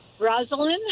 Rosalind